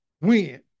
win